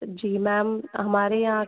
जी ma'am हमारे यहाँ